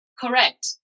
Correct